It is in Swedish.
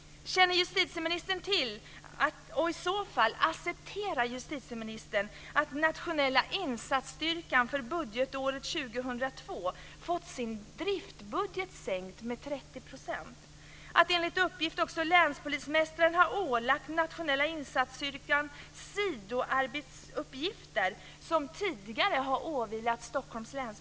Känner justitieministern till och, i så fall, accepterar justitieministern att Nationella insatsstyrkan för budgetåret 2002 fått sin driftsbudget sänkt med 30 %? Enligt uppgift ska länspolismästaren ha ålagt Nationella insatsstyrkan sidoarbetsuppgifter som tidigare har åvilat polisen i Stockholms län.